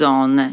on